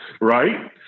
Right